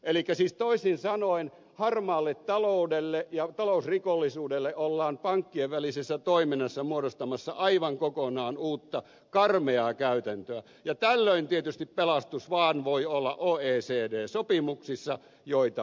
siis toisin sanoen harmaalle taloudelle ja talousrikollisuudelle ollaan pankkien välisessä toiminnassa muodostamassa aivan kokonaan uutta karmeaa käytäntöä ja tällöin tietysti pelastus voi olla vaan oecd sopimuksissa joita terävöitetään